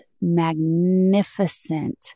magnificent